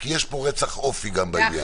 כי יש פה גם רצח אופי בעניין הזה.